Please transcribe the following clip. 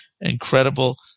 incredible